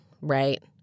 right